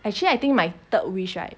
actually I think my third wish right